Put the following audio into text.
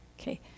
Okay